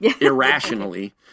Irrationally